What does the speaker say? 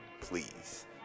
please